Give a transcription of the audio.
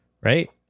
Right